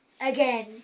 Again